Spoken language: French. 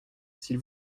s’il